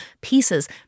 pieces